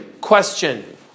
question